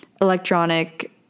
electronic